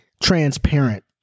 transparent